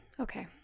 Okay